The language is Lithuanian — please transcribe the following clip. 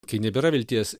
kai nebėra vilties